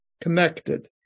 connected